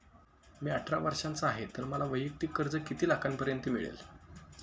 मी अठरा वर्षांचा आहे तर मला वैयक्तिक कर्ज किती लाखांपर्यंत मिळेल?